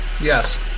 Yes